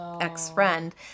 ex-friend